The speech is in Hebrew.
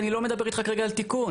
אני לא מדבר איתך כרגע על תיקון.